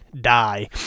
Die